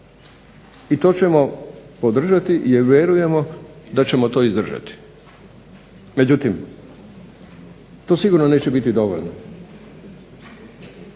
I to ćemo podržati jer vjerujemo da ćemo to izdržati. Međutim to sigurno neće biti dovoljno.